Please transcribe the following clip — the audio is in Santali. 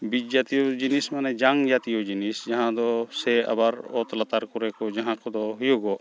ᱵᱤᱡᱽ ᱡᱟᱛᱤᱭᱚ ᱡᱤᱱᱤᱥ ᱢᱟᱱᱮ ᱡᱟᱝ ᱡᱟᱛᱤᱭᱚ ᱡᱤᱱᱤᱥ ᱡᱟᱦᱟᱸᱫᱚ ᱥᱮ ᱟᱵᱟᱨ ᱚᱛ ᱞᱟᱛᱟᱨ ᱠᱚᱨᱮᱠᱚ ᱡᱟᱦᱟᱸᱠᱚᱫᱚ ᱦᱩᱭᱩᱜᱚᱜ